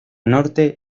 norte